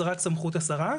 זאת רק סמכות השרה.